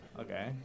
Okay